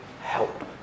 help